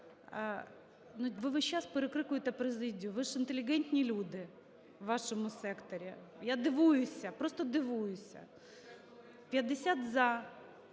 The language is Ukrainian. ви ж інтелігентні люди, в вашому секторі. Я дивуюся, просто дивуюся. 50 –